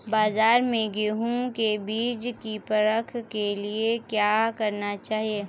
बाज़ार में गेहूँ के बीज की परख के लिए क्या करना चाहिए?